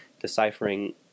deciphering